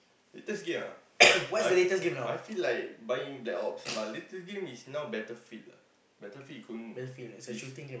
latest game ah I I feel like buying black ops my latest game is now battlefield ah battlefield is going this